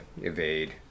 evade